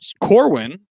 Corwin